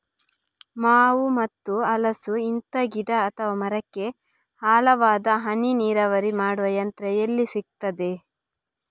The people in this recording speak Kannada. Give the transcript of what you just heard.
ಮಾವು ಮತ್ತು ಹಲಸು, ಇಂತ ಗಿಡ ಅಥವಾ ಮರಕ್ಕೆ ಆಳವಾದ ಹನಿ ನೀರಾವರಿ ಮಾಡುವ ಯಂತ್ರ ಎಲ್ಲಿ ಸಿಕ್ತದೆ?